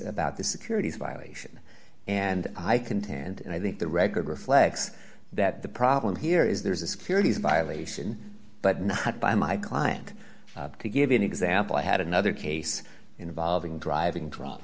about the securities violation and i contend and i think the record reflects that the problem here is there's a securities violation but not by my client to give you an example i had another case involving driving drunk